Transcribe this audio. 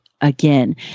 again